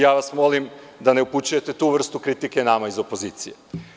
Ja vas molim da ne upućujete tu vrstu kritike nama iz opozicije.